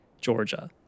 Georgia